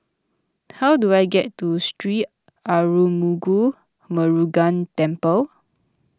how do I get to Sri Arulmigu Murugan Temple